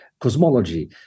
cosmology